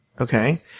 Okay